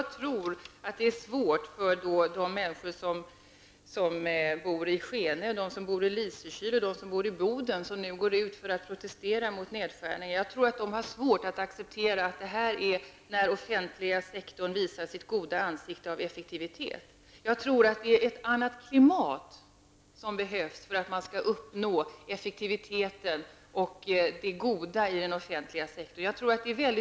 Herr talman! Jag tror att de människor som bor i Skene, i Lysekil och i Boden och som nu går ut för att protestera mot nedskärningar har svårt att acceptera att detta är exempel på att den offentliga sektorn visar sitt goda ansikte när det gäller effektivitet. Det behövs ett annat klimat för att man skall kunna åstadkomma effektivitet och för att den offentliga sektorn skall kunna visa sina goda sidor.